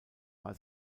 war